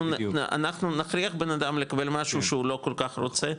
אנחנו נכריח בנאדם לקבל משהו שהוא לא כל כך רוצה?